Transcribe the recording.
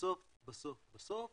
בסוף בסוף בסוף